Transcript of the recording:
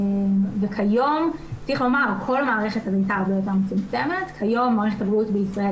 כיום מערכת הבריאות הציבורית בישראל